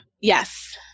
Yes